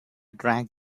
drank